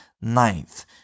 ninth